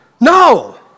No